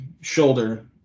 shoulder